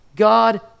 God